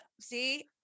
see